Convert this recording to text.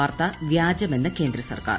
വാർത്ത വ്യാജമെന്ന് കേന്ദ്ര് സ്ർക്കാർ